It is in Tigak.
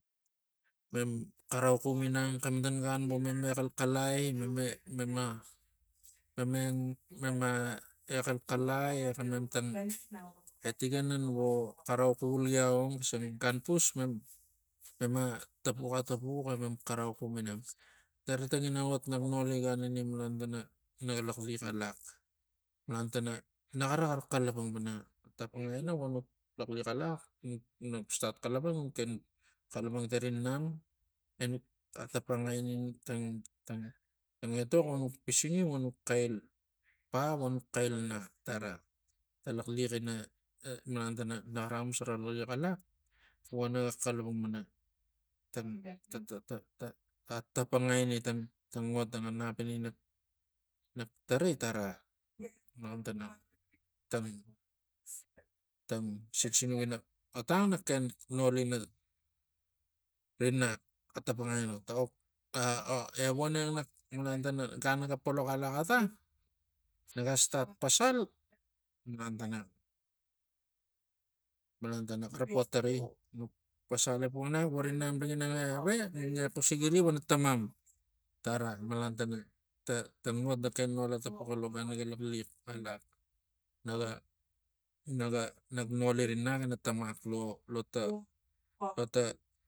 Mem xarau xum ginang xematan vo mem exalxalai meme mema meme mema exalxalai e xemem tang etikanan vo xarau xuvul gia ong xisang gan pus mema mematapu atapux emem xarau xum gi nang. Tana tangina ot nak noli gan ini malan tana naga laxliax alax malan tana naxara xalapang panataptapangai ina vonuk laxliax alax nuk stat xalapang nu keng kalapang tari nam enuk atapangai inni tang etok vonuk pisingi vonuk xail pa vonuk xail na tara alaxliax ina ah malan tana pa vonuk xail na tara xara liaxliax alax vo naga xalapang pana ta- ta- ta ta tapangai vo neng gan tana naga polox alax ata naga stat pasal malan tana malan tana xara po tarai pasal epuxinang vo ri namrik inang eve nuk ngiax usigiri vo na tamam tara malan tana ta tang ot nak ken nola tapuki gan naga laxliax naga naga naga nak noli ri nak en a tamak lo- lo ta lo ta lo ta